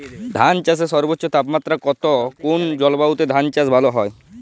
ধান চাষে সর্বোচ্চ তাপমাত্রা কত কোন জলবায়ুতে ধান চাষ ভালো হয়?